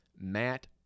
Matt